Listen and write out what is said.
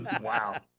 Wow